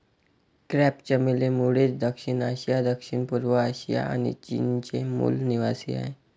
crepe चमेली मूळचे दक्षिण आशिया, दक्षिणपूर्व आशिया आणि चीनचे मूल निवासीआहे